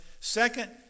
Second